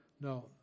No